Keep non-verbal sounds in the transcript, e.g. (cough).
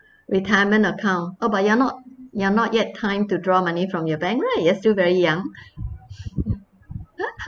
retirement account how about you are not you are not yet time to draw money from your bank right you are still very young (laughs)